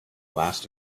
last